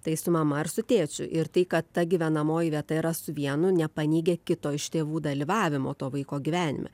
tai su mama ar su tėčiu ir tai kad ta gyvenamoji vieta yra su vienu nepaneigia kito iš tėvų dalyvavimo to vaiko gyvenime